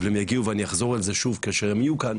אבל הם יגיעו ואני אחזור על זה שוב כאשר הם יהיו כאן,